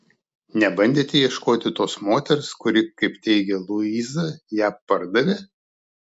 nebandėte ieškoti tos moters kuri kaip teigia luiza ją pardavė